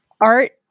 art